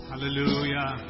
Hallelujah